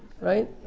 Right